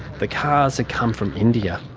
the cars had come from india,